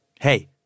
Hey